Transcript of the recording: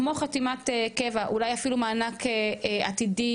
כמו חתימת קבע אולי אפילו מענק עתידי